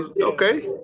Okay